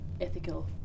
ethical